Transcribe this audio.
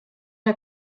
der